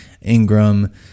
Ingram